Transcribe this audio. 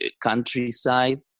countryside